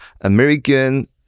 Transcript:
American